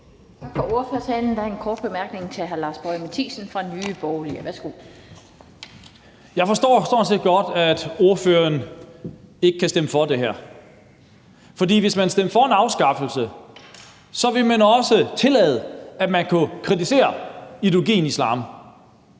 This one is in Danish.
set godt, at ordføreren ikke kan stemme for det her, for hvis han stemte for en afskaffelse, ville han også tillade, at man kunne kritisere ideologien islam,